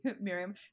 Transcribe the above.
Miriam